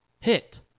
hit